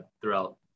throughout